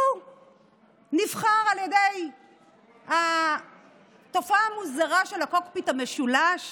הוא נבחר על ידי התופעה המוזרה של הקוקפיט המשולש